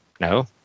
No